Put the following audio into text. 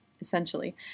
essentially